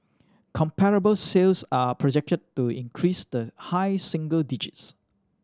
comparable sales are projected to increase the high single digits